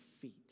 feet